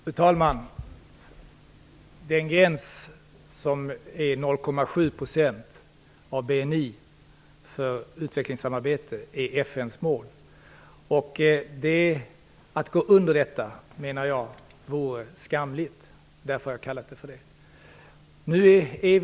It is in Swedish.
Fru talman! Gränsen 0,7 % av BNI för utvecklingssamarbete är FN:s mål. Att gå under detta, menar jag, vore skamligt. Därför har jag kallat det för skammens gräns.